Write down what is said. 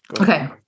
Okay